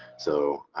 so